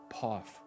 path